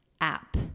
app